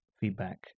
feedback